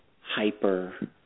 hyper